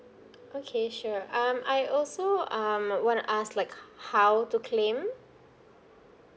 okay sure um I also um I want to ask like how to claim